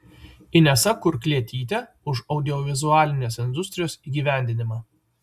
inesa kurklietytė už audiovizualinės industrijos įgyvendinimą